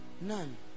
None